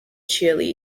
chile